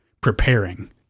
preparing